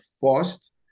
first